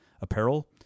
apparel